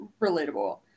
relatable